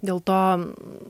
dėl to